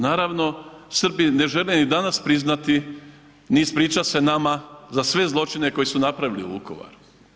Naravno, Srbi ne žele ni danas priznati ni ispričati se nama za sve zločine koje smo napravili u Vukovaru.